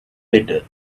bitter